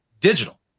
digital